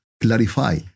clarify